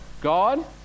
God